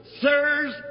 sirs